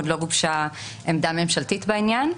עוד לא גובשה עמדה ממשלתית בעניין.